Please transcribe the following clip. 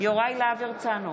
יוראי להב הרצנו,